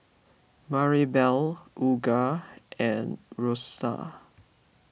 Maribel Olga and Rosena